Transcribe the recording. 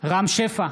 רם שפע,